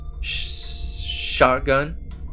shotgun